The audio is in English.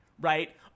Right